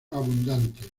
abundantes